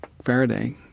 Faraday